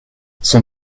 son